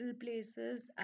places